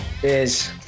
Cheers